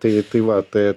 tai tai va tai